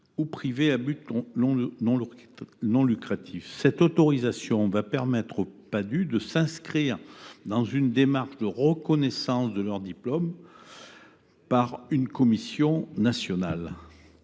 ou privé, à but non lucratif. Une telle autorisation permettra aux Padhue de s’inscrire dans une démarche de reconnaissance de leur diplôme par une commission nationale.